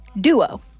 duo